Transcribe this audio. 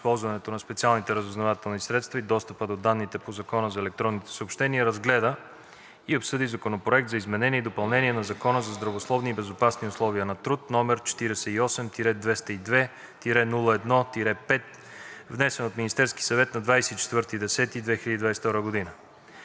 на специалните разузнавателни средства и достъпа до данните по Закона за електронните съобщения разгледа и обсъди Законопроект за изменениe и допълнение на Закона за здравословни и безопасни условия на труд, №48-202-01-5, внесен от Министерския съвет на 24 октомври